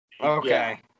Okay